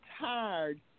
tired